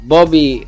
Bobby